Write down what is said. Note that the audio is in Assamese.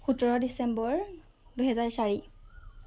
সোতৰ ডিচেম্বৰ দুহেজাৰ চাৰি